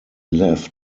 left